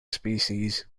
species